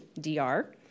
DR